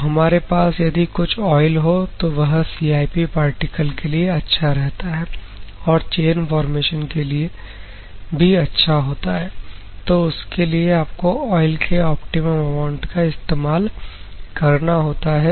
तो हमारे पास यदि कुछ आयल हो तो वह CIP पार्टिकल के लिए अच्छा रहता है और चैन फॉरमेशन भी अच्छा होता है तो उसके लिए आपको ऑयल के ऑप्टिमम अमाउंट का इस्तेमाल करना होता है